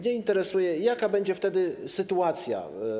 Interesuje mnie, jaka będzie wtedy sytuacja.